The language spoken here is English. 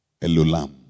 Elulam